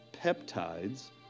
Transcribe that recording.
peptides